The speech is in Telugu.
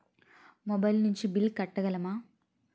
మొబైల్ నుంచి బిల్ కట్టగలమ?